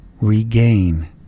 regain